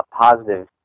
positive